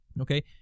okay